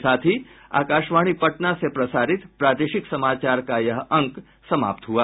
इसके साथ ही आकाशवाणी पटना से प्रसारित प्रादेशिक समाचार का ये अंक समाप्त हुआ